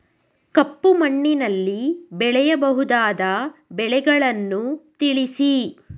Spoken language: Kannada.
ಕಪ್ಪು ಮಣ್ಣಿನಲ್ಲಿ ಬೆಳೆಯಬಹುದಾದ ಬೆಳೆಗಳನ್ನು ತಿಳಿಸಿ?